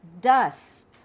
dust